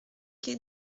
quai